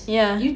yeah